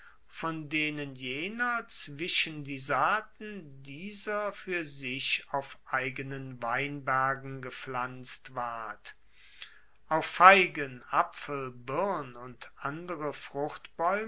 von denen jener zwischen die saaten dieser fuer sich auf eigenen weinbergen gepflanzt ward auch feigen apfel birn und andere